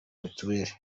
mitiweli